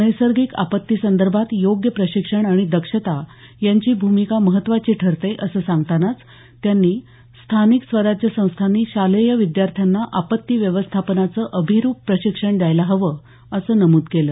नैसर्गिक आपत्तीसंदर्भात योग्य प्रशिक्षण आणि दक्षता यांची भूमिका महत्त्वाची ठरते असं सांगतानाच त्यांनी स्थानिक स्वराज्य संस्थांनी शालेय विद्यार्थ्यांना आपत्ती व्यवस्थापनाचं अभिरूप प्रशिक्षण द्यायला हवं असं नमूद केलं